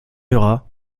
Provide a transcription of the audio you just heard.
murat